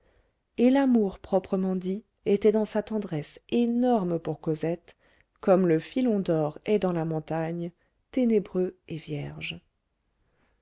et l'amour proprement dit était dans sa tendresse énorme pour cosette comme le filon d'or est dans la montagne ténébreux et vierge